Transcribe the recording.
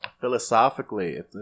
philosophically